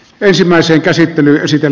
ensimmäiseen käsittelyyn siten